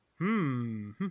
-hmm